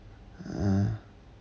uh